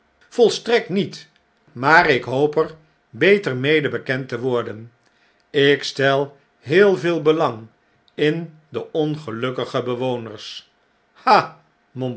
volstrekt niet maar ik hoop er beter mede bekend te worden ik stel heel veel belang in de ongelukkige bewoners ha